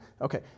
Okay